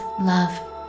love